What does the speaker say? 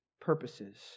purposes